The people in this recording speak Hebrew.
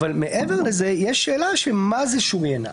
מעבר לזה, יש שאלה והיא מה זה שוריינה.